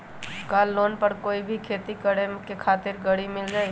का लोन पर कोई भी खेती करें खातिर गरी मिल जाइ?